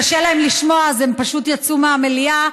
קשה להם לשמוע אז הם פשוט יצאו מהמליאה.